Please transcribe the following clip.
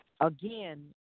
Again